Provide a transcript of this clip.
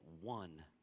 one